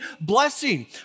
blessing